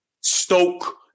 Stoke